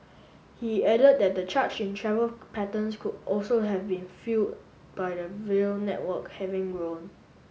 he added that the charge in travel patterns could also have been fuel by the rail network having grown